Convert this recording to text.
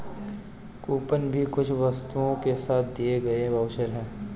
coupon भी कुछ वस्तुओं के साथ दिए गए वाउचर है